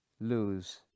lose